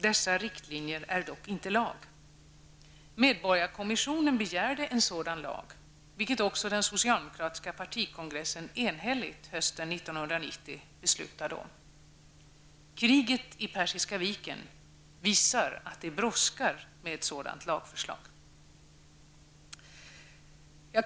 Dessa riktlinjer är dock inte lag. Medborgarkommissionen begärde en sådan lag, vilket också den socialdemokratiska partikongressen enhälligt beslutade om hösten 1990. Kriget vid Persiska viken visar att det brådskar med ett sådant lagförslag.